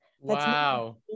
Wow